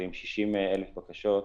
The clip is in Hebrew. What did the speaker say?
ועם 60,000 בקשות,